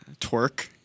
Twerk